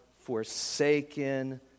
forsaken